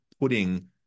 putting